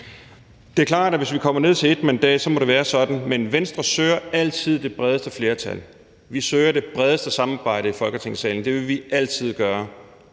Det er klart, at hvis vi kommer ned på, at det er med ét mandats overvægt, må det være sådan. Men Venstre søger altid det bredeste flertal. Vi søger det bredeste samarbejde i Folketingssalen. Det vil vi altid gøre.